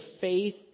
faith